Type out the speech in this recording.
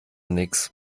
nix